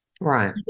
Right